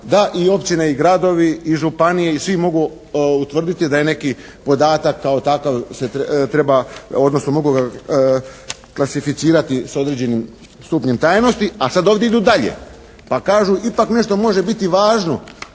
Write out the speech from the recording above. da i općine i gradovi i županije i svi mogu utvrditi da je neki podatak kao takav se treba, odnosno mogu ga klasificirati s određenim stupnjem javnosti. A sad ovdje idu dalje, pa kažu ipak nešto može biti važno,